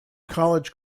college